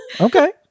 Okay